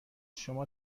شما